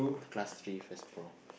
class three first bro